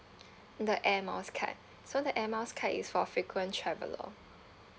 the air miles card so the air miles card is for frequent traveller